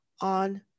on